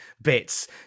Bits